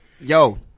yo